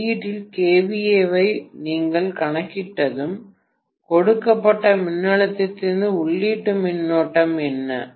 வெளியீட்டில் kVA ஐ நீங்கள் கணக்கிட்டதும் கொடுக்கப்பட்ட மின்னழுத்தத்திலிருந்து உள்ளீட்டு மின்னோட்டம் என்ன